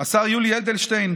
השר יולי אדלשטיין,